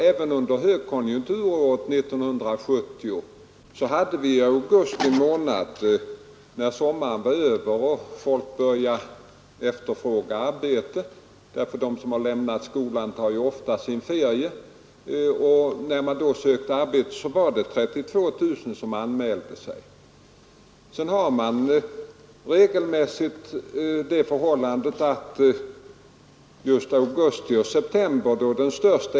Även under högkonjunktur år 1970 var det i augusti månad när de unga började efterfråga arbete efter sommarens slut — de som lämnat skolan tar ju ofta sin ferie — 32000 som anmälde sig som arbetssökande. Man har regelmässigt den största ungdomsarbetslösheten just under augusti och september.